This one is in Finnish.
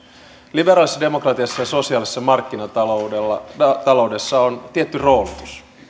liberaalissa demokratiassa ja sosiaalisessa markkinataloudessa on tietty roolitus